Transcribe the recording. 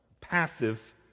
passive